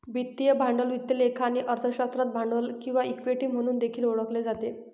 वित्तीय भांडवल वित्त लेखा आणि अर्थशास्त्रात भांडवल किंवा इक्विटी म्हणून देखील ओळखले जाते